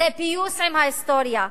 זה פיוס עם ההיסטוריה.